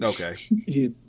Okay